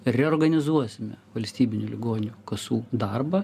reorganizuosime valstybinių ligonių kasų darbą